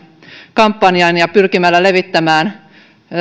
kampanjan ja pyrkimällä levittämään